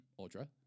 Audra